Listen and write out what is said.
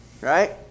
Right